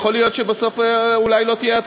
יכול להיות שבסוף אולי לא תהיה הצבעה,